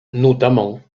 notamment